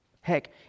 Heck